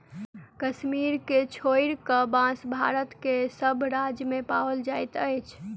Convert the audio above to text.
कश्मीर के छोइड़ क, बांस भारत के सभ राज्य मे पाओल जाइत अछि